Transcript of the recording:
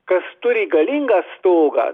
kas turi galingą stogą tas